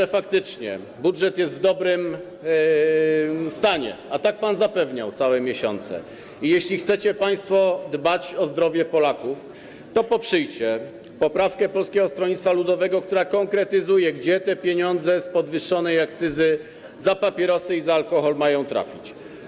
Jeśli faktycznie budżet jest w dobrym stanie - zapewniał pan o tym przez całe miesiące - i jeśli chcecie państwo dbać o zdrowie Polaków, to poprzyjcie poprawkę Polskiego Stronnictwa Ludowego, która konkretyzuje, gdzie te pieniądze z podwyższonej akcyzy za papierosy i alkohol mają trafić.